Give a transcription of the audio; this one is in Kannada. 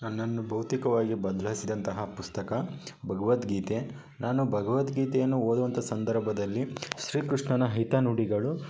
ನನ್ನನ್ನು ಭೌತಿಕವಾಗಿ ಬದಲಾಯಿಸಿದಂತಹ ಪುಸ್ತಕ ಭಗವದ್ಗೀತೆ ನಾನು ಭಗವದ್ಗೀತೆಯನ್ನು ಓದುವಂತಹ ಸಂದರ್ಭದಲ್ಲಿ ಶ್ರೀಕೃಷ್ಣನ ಹಿತನುಡಿಗಳು